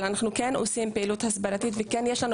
אבל אנחנו כן עושים פעילות הסברתית וכן יש לנו